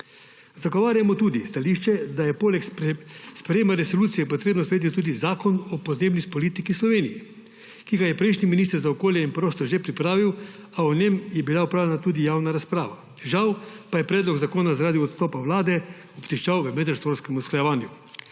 Zagovarjamo tudi stališče, da je poleg sprejetja resolucije treba sprejeti tudi zakon o podnebni politiki v Sloveniji, ki ga je prejšnji minister za okolje in prostor že pripravil, o njem je bila opravljena tudi javna razprava. Žal pa je predlog zakona zaradi odstopa vlade obtičal v medresorskem usklajevanju.